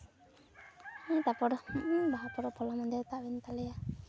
ᱛᱟᱯᱚᱨ ᱵᱟᱟ ᱯᱚᱨᱚᱵᱽ ᱦᱚᱞᱟ ᱢᱟᱫᱷᱮᱨ ᱛᱟᱯᱮᱱ ᱛᱟᱞᱮᱭᱟ